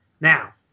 Now